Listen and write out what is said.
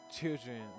children